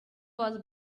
was